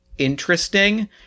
interesting